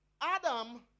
Adam